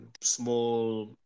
small